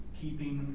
keeping